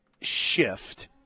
shift